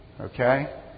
Okay